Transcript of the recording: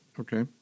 Okay